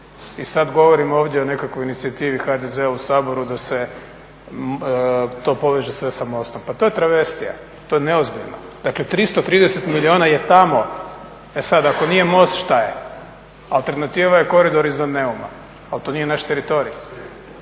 I sada govorimo ovdje o nekakvoj inicijativi HDZ-a u Saboru da se to poveže sve sa mostom, pa to je travestija, to je neozbiljno. Dakle 330 miiljuna je tamo, e sada ako nije most, šta je? alternativa je koridor iznad Neuma, ali to nije naš teritorij.